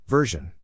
Version